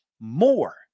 more